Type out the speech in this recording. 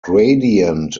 gradient